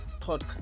podcast